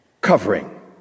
covering